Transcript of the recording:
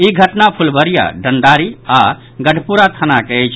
ई घटना फुलवरिया डंडारी आओर गढ़पुरा थानाक अछि